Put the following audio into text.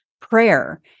prayer